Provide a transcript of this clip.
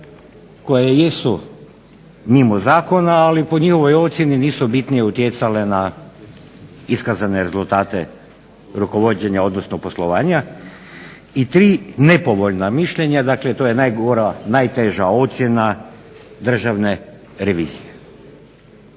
koje jesu mimo zakona ali po njihovoj ocjeni nisu utjecale na iskazane rezultate rukovođenja odnosno poslovanja i tri nepovoljna mišljenja, to je najgora ocjena Državne revizije.